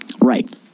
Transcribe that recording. right